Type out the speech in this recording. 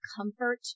comfort